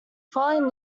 following